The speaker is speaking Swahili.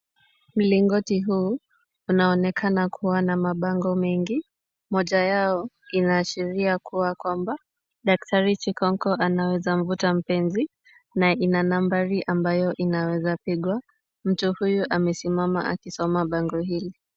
Mlingoti huu unaonekana kuwa na mabango mengi moja yao inaashiria kuwa kwamba daktari chikonko anaweza kumvuta mpenzi na ina nambari inaweza kupigwa. Mtu huyu amesimama akisoma bango hili.